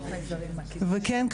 וכן,